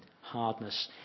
hardness